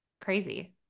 crazy